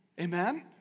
Amen